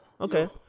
okay